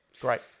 Great